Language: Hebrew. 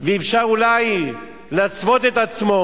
ואולי אפשר להסוות את עצמו,